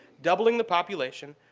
doubling the population,